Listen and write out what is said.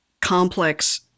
complex